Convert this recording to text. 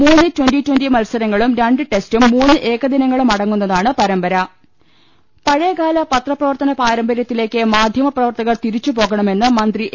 മൂന്ന് twenty twenty മത്സരങ്ങളും രണ്ട് ടെസ്റ്റും മൂന്ന് ഏകദിന ങ്ങളും അടങ്ങുന്നതാണ് പരമ്പര പഴയകാല പത്രപ്രവർത്തന പാരമ്പര്യത്തിലേക്ക് മാധ്യമപ്ര വർത്തകർ തിരിച്ച് പോകണമെന്ന് മന്ത്രി എ